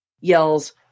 yells